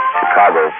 Chicago